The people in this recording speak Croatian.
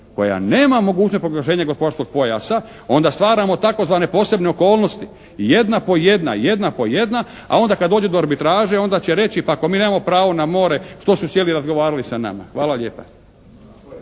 koja nema mogućnosti proglašenja gospodarskog pojasa onda stvaramo tzv. posebne okolnosti. Jedna po jedna, jedna po jedna a onda kada dođe do arbitraže onda će reći, pa ako mi nemamo pravo na more što su sjeli i razgovarali sa nama? Hvala lijepa.